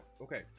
okay